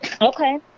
Okay